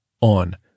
on